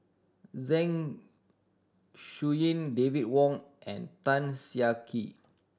Zeng Shouyin David Wong and Tan Siah Kwee